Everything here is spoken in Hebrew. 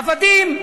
עבדים.